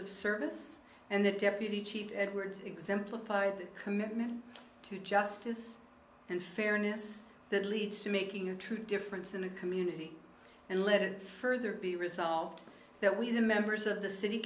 of service and the deputy chief edwards exemplified the commitment to justice and fairness that leads to making a true difference in a community and let it further be resolved that we the members of the city